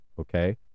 okay